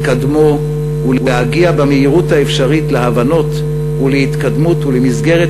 לקדמו ולהגיע במהירות האפשרית להבנות להתקדמות ולמסגרת